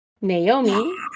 Naomi